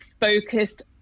focused